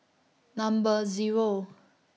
Number Zero